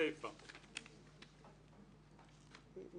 בסעיף 16 לחוק כתוב: תיקון